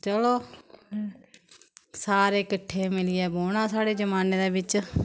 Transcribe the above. चलो सारे किट्ठे मिलयै बौह्ना साढ़े जमान्ने दे बिच्च